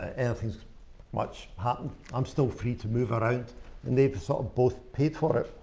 ah anything much happened. i'm still free to move around and they've, sort of, both paid for it.